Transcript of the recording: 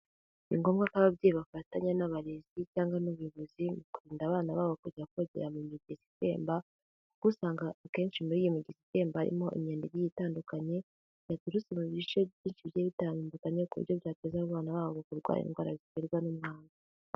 Ni ngombwa ko ababyeyi bafatanya n'abarezi cyangwa n'ubuyobozi mu kurinda abana babo kujya kwogera mu migezi itemba kuko usanga akenshi muri iyo migezi itemba usanga harimo imyanda igiye itandukanye yaturutse mu bice byinshi bigiye bitandukanye ku buryo byateza abana babo kurwara indwara ziterwa n'umwanda.